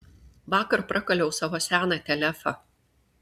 vakar prakaliau savo seną telefą